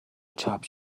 چاپ